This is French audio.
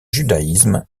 judaïsme